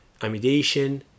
amidation